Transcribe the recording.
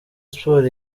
sports